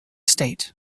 state